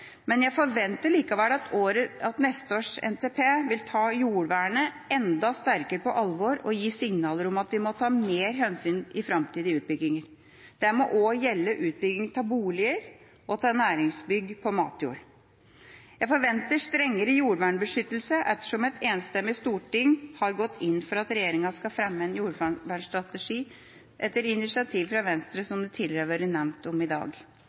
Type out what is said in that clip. men jeg forventer likevel at neste års Nasjonal transportplan vil ta jordvernet enda sterkere på alvor og gi signaler om at vi må ta mer hensyn i framtidige utbygginger. Det må også gjelde utbygging av boliger og næringsbygg på matjord. Jeg forventer strengere jordvernbeskyttelse ettersom et enstemmig storting har gått inn for at regjeringa skal fremme en jordvernstrategi etter initiativ fra Venstre, som tidligere nevnt i dag.